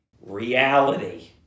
reality